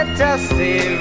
dusty